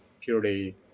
purely